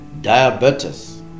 diabetes